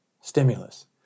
stimulus